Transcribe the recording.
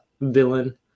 villain